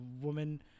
woman